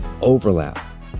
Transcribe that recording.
overlap